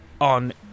on